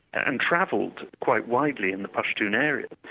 and travelled quite widely in the pashtun area,